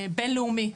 בינלאומי.